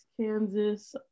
Kansas